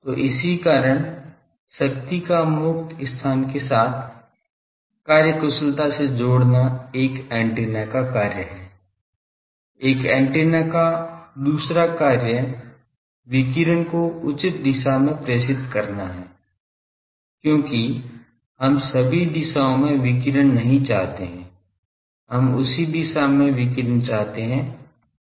तो इसी कारण शक्ति का मुक्त स्थान के साथ कार्यकुशलता से जोड़ना एक एंटीना का कार्य है एक एंटीना का दूसरा कार्य विकिरण को उचित दिशा में प्रेषित करना है क्योंकि हम सभी दिशाओं में विकिरण नहीं चाहते हैं हम उसी दिशा में विकिरण चाहते हैं जहां हम चाहते हैं